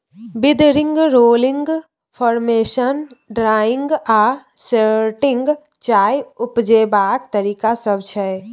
withering, rolling, fermentation, drying आ sorting चाय उपजेबाक तरीका सब छै